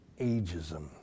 ageism